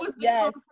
Yes